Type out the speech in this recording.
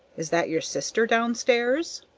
is that your sister down stairs?